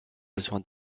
besoin